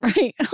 right